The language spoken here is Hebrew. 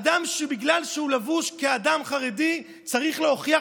אדם שבגלל שהוא לבוש כאדם חרדי צריך להוכיח